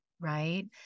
right